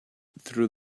through